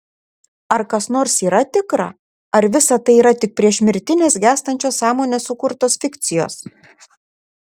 ar kas nors yra tikra ar visa tai yra tik priešmirtinės gęstančios sąmonės sukurtos fikcijos